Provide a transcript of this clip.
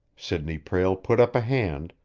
sidney prale put up a hand,